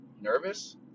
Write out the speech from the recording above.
nervous